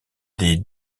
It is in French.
des